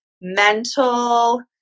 mental